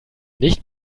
nicht